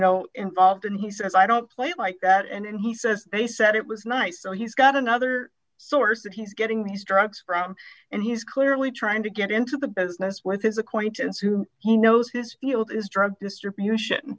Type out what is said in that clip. know involved and he says i don't play it like that and he says they said it was nice so he's got another source that he's getting these drugs from and he's clearly trying to get into the business with his acquaintance who he knows his field is drug distribution